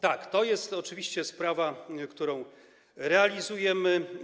Tak, to jest oczywiście sprawa, którą realizujemy.